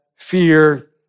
Fear